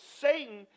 Satan